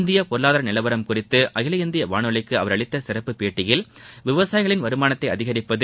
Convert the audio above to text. இந்தியப் பொருளாதார நிலவரம் குறித்து அகில இந்திய வானொலிக்கு அவர் அளித்த சிறப்பு பேட்டியில் விவசாயிகளின் வருமானத்தை அதிகரிப்பது